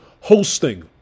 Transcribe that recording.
hosting